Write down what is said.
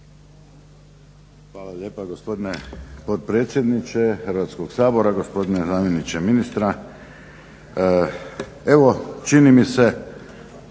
Hvala lijepa gospodine potpredsjedniče Hrvatskog sabora, gospodine zamjeniče ministra. Evo čini mi se